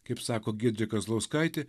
kaip sako giedrė kazlauskaitė